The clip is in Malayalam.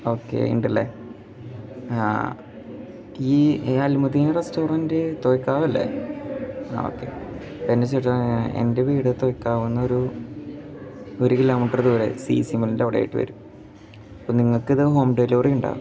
ഓക്കേ ഉണ്ടല്ലേ ഈ അൽമദീന റസ്റ്റോറൻറ് തോയ്ക്കാവല്ലേ ഓക്കേ എൻ്റെ ചേട്ടാ എൻ്റെ വീട് തോയ്ക്കാവ് നിന്ന് ഒരു ഒരു കിലോമീറ്റർ ദൂരെ സി സി എമ്മിലിൻ്റെ അവിടെ ആയിട്ട് വരും അപ്പം നിങ്ങക്കിത് ഹോം ഡെലിവറി ഉണ്ടൊ